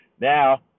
Now